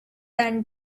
than